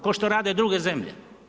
Ko što rade druge zemlje.